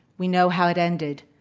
we know how it ended.